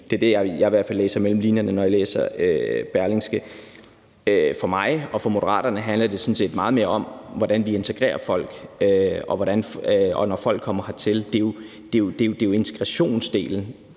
Det er i hvert fald det, jeg læser mellem linjerne, når jeg læser Berlingske. For mig og for Moderaterne handler det sådan set meget mere om, hvordan vi integrerer folk, når folk kommer hertil. Det er jo integrationsdelen,